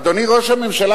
אדוני ראש הממשלה,